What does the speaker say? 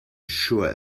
sure